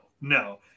no